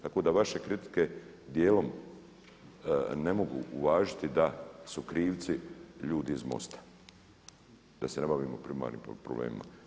Tako da vaše kritike dijelom ne mogu uvažiti da su krivci ljudi iz MOST-a, da se ne bavimo premalim problemima.